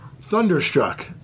thunderstruck